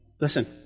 listen